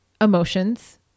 emotions